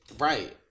Right